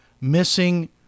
missing